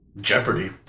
Jeopardy